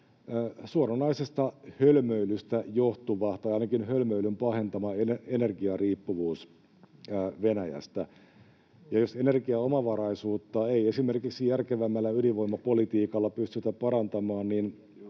suoranaisesta hölmöilystä johtuva — tai ainakin hölmöilyn pahentama — energiariippuvuus Venäjästä. Ja jos energiaomavaraisuutta ei esimerkiksi järkevämmällä ydinvoimapolitiikalla pystytä parantamaan,